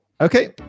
okay